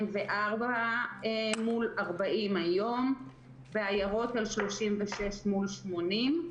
24 מול 40 היום, בעיירות על 36 מול 80,